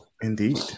Indeed